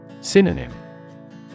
Synonym